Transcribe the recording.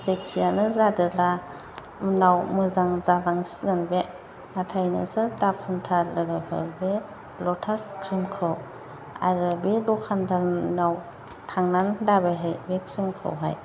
जेखियानो जादोला उनाव मोजां जालांसिगोन बे नाथाय नोंसोर दा फुनथार लोगोफोर बे लटास क्रिमखौ आरो बे दखानदारनाव थांनानै दा बायहै बे क्रिमखौहाय